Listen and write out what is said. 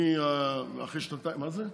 אחרי שנתיים, מה זה?